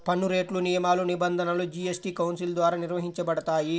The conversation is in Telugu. పన్నురేట్లు, నియమాలు, నిబంధనలు జీఎస్టీ కౌన్సిల్ ద్వారా నిర్వహించబడతాయి